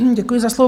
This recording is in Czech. Děkuji za slovo.